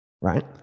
right